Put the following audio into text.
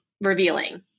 revealing